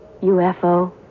UFO